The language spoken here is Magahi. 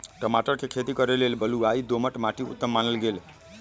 टमाटर कें खेती करे लेल बलुआइ दोमट माटि उत्तम मानल गेल